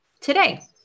today